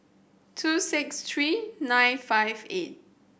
two six three nine five eight